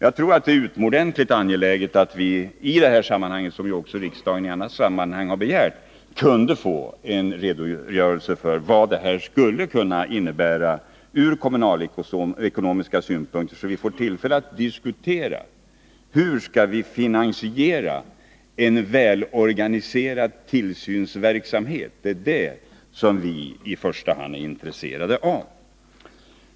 Jag tror att det är utomordentligt angeläget att vi här kan få — vilket riksdagen också begärt i annat sammanhang — en redogörelse för vad detta skulle kunna innebära ur kommunalekonomisk synpunkt, så att vi får tillfälle att diskutera hur vi skall finansiera en väl organiserad tillsynsverksamhet. Det är detta som vi i första hand är intresserade av.